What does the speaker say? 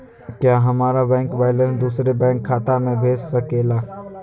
क्या हमारा bank balance दूसरे बैंक खाता में भेज सके ला?